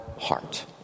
heart